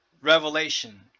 Revelation